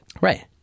Right